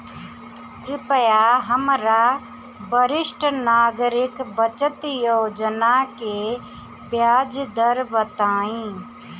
कृपया हमरा वरिष्ठ नागरिक बचत योजना के ब्याज दर बताइं